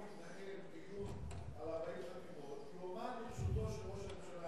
מתנהל דיון של 40 חתימות יועמד לרשותו של ראש הממשלה